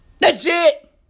Legit